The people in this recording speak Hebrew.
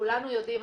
כולנו יודעים,